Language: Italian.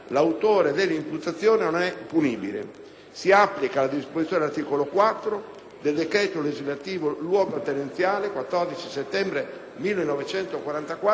Si applica la disposizione dell'articolo 4 del decreto legislativo luogotenenziale 14 settembre 1944, n. 288».